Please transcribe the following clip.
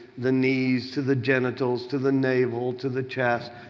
the knees to the genitals, to the navel, to the chest.